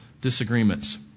disagreements